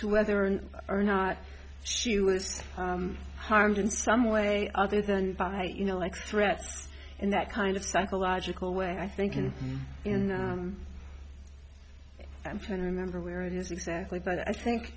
to whether or not she was harmed in some way other than by you know like threats and that kind of psychological way i think and in i'm trying to remember where it is exactly but i think